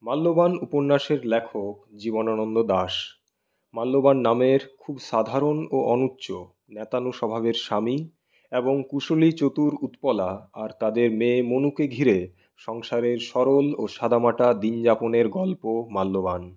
মাল্যবান উপন্যাসের লেখক জীবনানন্দ দাশ মাল্যবান নামের খুব সাধারণ ও অনুচ্চ ন্যাতানো স্বভাবের স্বামী এবং কুশলী চতুর উৎপলা আর তাদের মেয়ে মনুকে ঘিরে সংসারের সরল ও সাদামাটা দিনযাপনের গল্প মাল্যবান